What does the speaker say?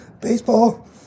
baseball